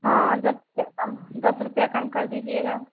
हाँ दस कम दस रुपया कम कर दीजिएगा